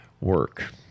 work